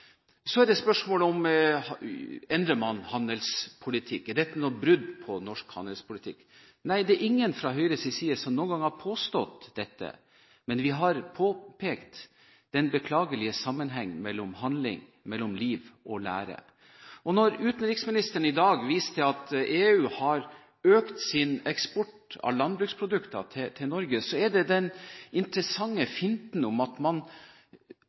Så er spørsmålet: Endrer man handelspolitikk? Er dette noe brudd på norsk handelspolitikk? Nei, det er ingen fra Høyres side som noen gang har påstått dette, men vi har påpekt den beklagelige mangel på sammenheng mellom liv og lære. Når utenriksministeren i dag viser til at EU har økt sin eksport av landbruksprodukter til Norge, er det den interessante finten om at man